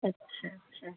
अच्छा अच्छा